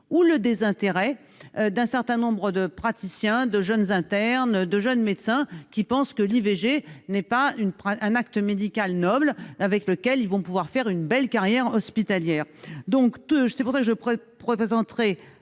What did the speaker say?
ou le désintérêt d'un certain nombre de praticiens, de jeunes internes, de jeunes médecins, qui pensent qu'il ne s'agit pas d'un acte médical noble grâce auquel ils vont pouvoir mener une belle carrière hospitalière. C'est pourquoi je m'apprête